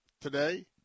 today